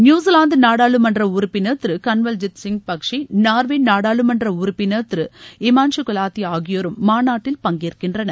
New Zealand நாடாளுமன்ற உறுப்பினர் Thiru Kanwaljeet Singh Bakshi Norway நாடாளுமன்ற உறுப்பினர் திரு ஹிமான்ஷூ குலாத்தி ஆகியோரும் மாநாட்டில் பங்கேற்கின்றனர்